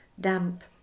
damp